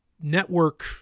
network